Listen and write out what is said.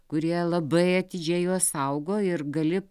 kurie labai atidžiai juos saugo ir gali